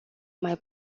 mai